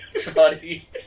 Sorry